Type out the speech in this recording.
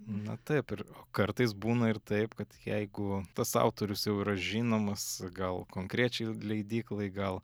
na taip ir kartais būna ir taip kad jeigu tas autorius jau yra žinomas gal konkrečiai leidyklai gal